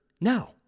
no